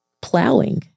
plowing